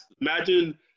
imagine